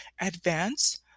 advance